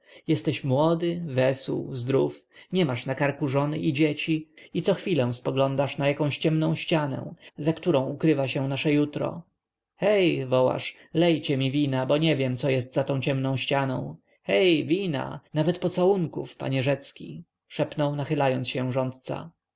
jesteś młody wesół zdrów nie masz na karku żony i dzieci pijesz i śpiewasz i cochwilę spoglądasz na jakąś ciemną ścianę za którą ukrywa się nasze jutro hej wołasz lejcie mi wina bo nie wiem co jest za tą ciemną ścianą hej wina nawet pocałunków panie rzecki szepnął nachylając się rządca